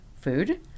food